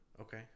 Okay